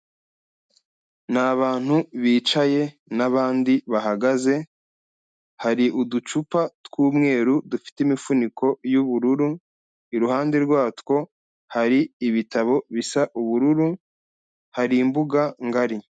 Ni abantu bicaye n'abandi bahagaze, hari uducupa tw'umweru dufite imifuniko y'ubururu, i ruhande rwatwo hari ibitabo bisa ubururu hari imbuga ngari.